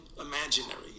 imaginary